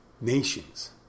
nations